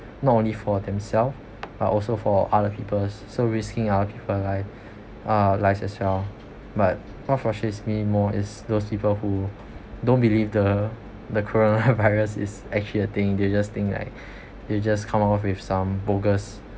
not only for themself but also for other people so risking other people lives uh lives as well but what frustrates me more is those people who don't believe the the coronavirus is actual thing they just think like they just come off with some bogus